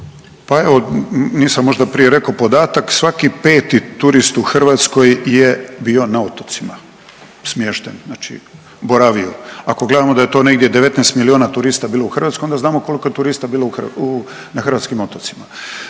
Pa evo nisam možda prije reko podatak, svaki peti turist u Hrvatskoj je bio na otocima smješten, znači boravio. Ako gledamo da je to negdje 19 milijuna turista bilo u Hrvatskoj onda znamo koliko je turista bilo na hrvatskim otocima.